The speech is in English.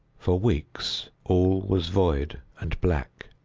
for weeks, all was void, and black,